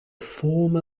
former